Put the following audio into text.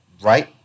Right